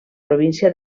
província